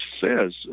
says